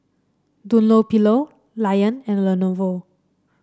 Dunlopillo Lion and Lenovo